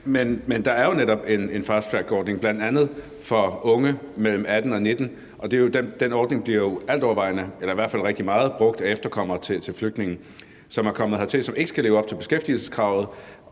Men der er jo netop en fasttrackordning for bl.a. unge mellem 18 år og 19 år. Den ordning bliver rigtig meget brugt af efterkommere til flygtninge, som er kommet hertil, som ikke skal leve op til beskæftigelseskravet,